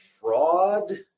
fraud